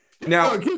Now